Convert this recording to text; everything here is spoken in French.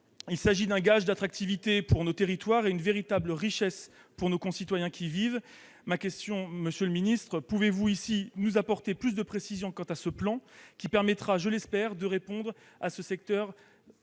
Bourquin ; gage d'attractivité pour nos territoires, elle est une véritable richesse pour nos concitoyens qui y vivent. Monsieur le ministre, pouvez-vous nous fournir plus de précisions sur ce plan, qui permettra, je l'espère, de répondre à un secteur